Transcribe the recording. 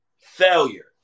failure